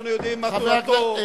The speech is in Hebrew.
אנחנו יודעים מה תורתו.